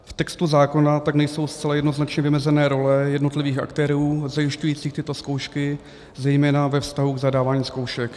V textu zákona tak nejsou zcela jednoznačně vymezené role jednotlivých aktérů zajišťujících tyto zkoušky zejména ve vztahu k zadávání zkoušek.